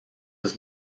was